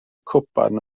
cwpan